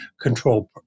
control